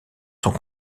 sont